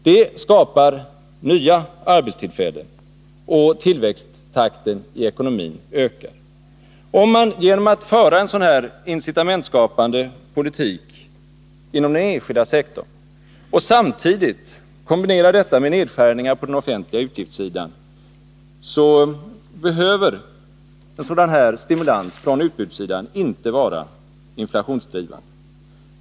Det skapar nya arbetstillfällen, och tillväxttakten i ekonomin ökar. Om man för en sådan här incitamentsskapande politik inom den enskilda sektorn och samtidigt kombinerar detta med nedskärningar på den offentliga utgiftssidan behöver inte denna stimulans från utbudssidan vara inflationsdrivande.